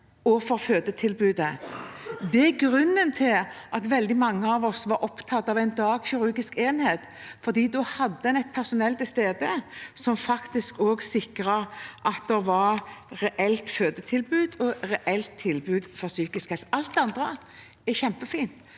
og fødetilbudet. Det er grunnen til at veldig mange av oss var opptatt av en dagkirurgisk enhet, for da hadde man personell til stede som faktisk sikret at det var et reelt fødetilbud og et reelt tilbud for psykisk helse. Alt det andre er kjempefint,